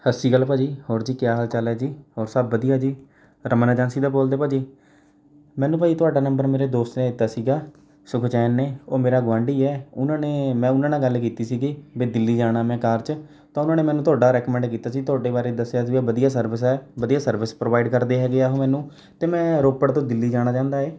ਸਤਿ ਸ਼੍ਰੀ ਅਕਾਲ ਭਾਅ ਜੀ ਹੋਰ ਜੀ ਕਿਆ ਹਾਲ ਚਾਲ ਹੈ ਜੀ ਹੋਰ ਸਭ ਵਧੀਆ ਜੀ ਰਮਨ ਏਜੰਸੀ ਤੋਂ ਬੋਲਦੇ ਭਾਅ ਜੀ ਮੈਨੂੰ ਭਾਅ ਜੀ ਤੁਹਾਡਾ ਨੰਬਰ ਮੇਰੇ ਦੋਸਤ ਨੇ ਦਿੱਤਾ ਸੀਗਾ ਸੁਖਚੈਨ ਨੇ ਉਹ ਮੇਰਾ ਗੁਆਂਢੀ ਹੈ ਉਹਨਾਂ ਨੇ ਮੈਂ ਉਹਨਾਂ ਨਾਲ ਗੱਲ ਕੀਤੀ ਸੀਗੀ ਵੀ ਦਿੱਲੀ ਜਾਣਾ ਮੈਂ ਕਾਰ 'ਚ ਤਾਂ ਉਨ੍ਹਾਂ ਨੇ ਮੈਨੂੰ ਤੁਹਾਡਾ ਰੈਕਮੈਂਡ ਕੀਤਾ ਸੀ ਤੁਹਾਡੇ ਬਾਰੇ ਦੱਸਿਆ ਸੀ ਵੀ ਵਧੀਆ ਸਰਵਿਸ ਹੈ ਵਧੀਆ ਸਰਵਿਸ ਪ੍ਰੋਵਾਇਡ ਕਰਦੇ ਹੈਗੇ ਆ ਉਹ ਮੈਨੂੰ ਅਤੇ ਮੈਂ ਰੋਪੜ ਤੋਂ ਦਿੱਲੀ ਜਾਣਾ ਚਾਹੁੰਦਾ ਏਂ